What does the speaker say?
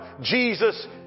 Jesus